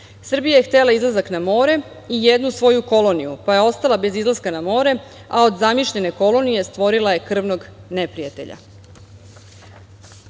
Srbija je htela izlazak na more i jednu svoju koloniju, pa je ostala bez izlaska na more, a od zamišljene kolonije stvorila je krvnog neprijatelja.“Isto,